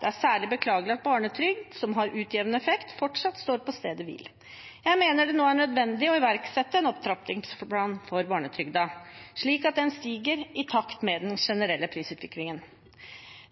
Det er særlig beklagelig at barnetrygd, som har utjevnende effekt, fortsatt står på stedet hvil. Jeg mener det nå er nødvendig å iverksette en opptrappingsplan for barnetrygden, slik at den stiger i takt med den generelle prisutviklingen.